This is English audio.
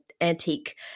antique